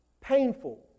painful